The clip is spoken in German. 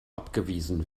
abgewiesen